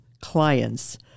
clients